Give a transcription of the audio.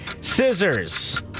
Scissors